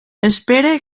espere